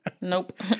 Nope